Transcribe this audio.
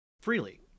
freely